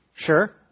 Sure